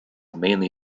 mainly